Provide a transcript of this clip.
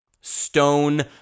Stone